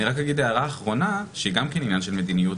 אני רק אגיד הערה אחרונה שהיא גם כן עניין של מדיניות